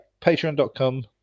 Patreon.com